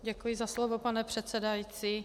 Děkuji za slovo, pane předsedající.